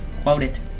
quoted